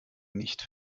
nicht